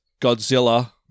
Godzilla